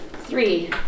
Three